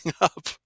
up